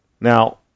Now